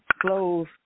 clothes